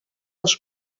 els